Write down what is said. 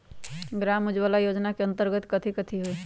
ग्राम उजाला योजना के अंतर्गत कथी कथी होई?